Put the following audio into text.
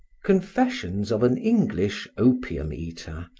confessions of an english opium-eater,